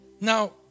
Now